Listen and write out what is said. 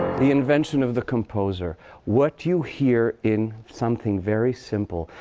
the invention of the composer what you hear in something very simple,